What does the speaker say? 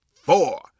four